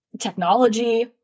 technology